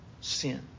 sin